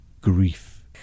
grief